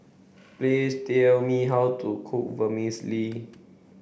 please tell me how to cook Vermicelli